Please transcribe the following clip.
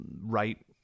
right